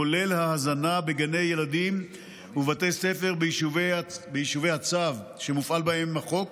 כולל הזנה בגני ילדים ובבתי ספר ביישובי הצו שמופעל בהם החוק,